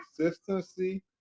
consistency